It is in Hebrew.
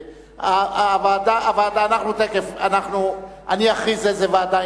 אני אכריז איזו ועדה,